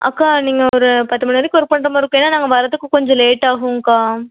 அக்கா நீங்கள் ஒரு பத்து மணி வரைக்கும் ஒர்க் பண்ணுற மாதிரி இருக்கும் ஏன்னால் நாங்கள் வரதுக்கு கொஞ்சம் லேட் ஆகும்க்கா